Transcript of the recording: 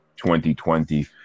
2020